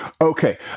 Okay